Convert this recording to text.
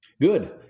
Good